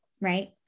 right